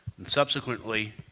and subsequently,